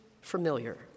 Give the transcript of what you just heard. familiar